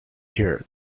here